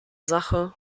sache